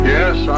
Yes